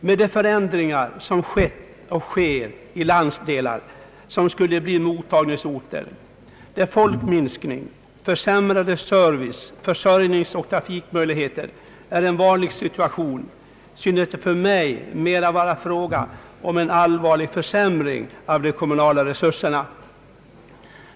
Med de förändringar som skett och sker i de landsdelar som skulle bli mottagningsorter och där folkminskning, försämrade service-, försörjningsoch trafikmöjligheter är en vanlig situation synes det mig mera vara fråga om en allvarlig försämring av de kommunala resurserna.